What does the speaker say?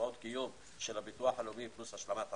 מקצבאות דיור של הביטוח הלאומי פלוס השלמת הכנסה,